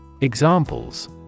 Examples